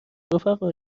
رفقا